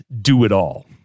do-it-all